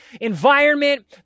environment